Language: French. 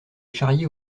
charrier